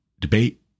debate